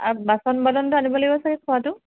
বাচন বৰ্তনটো আনিব লাগিব ছাগে খোৱাতো